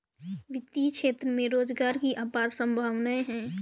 वित्तीय क्षेत्र में रोजगार की अपार संभावनाएं हैं